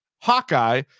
Hawkeye